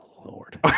Lord